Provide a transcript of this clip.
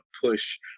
push